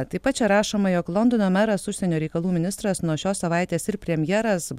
taip pat čia rašoma jog londono meras užsienio reikalų ministras nuo šios savaitės ir premjeras